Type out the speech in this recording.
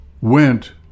went